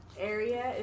area